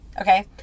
Okay